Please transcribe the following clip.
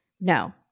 no